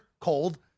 cold